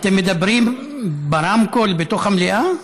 אתם מדברים ברמקול בתוך המליאה?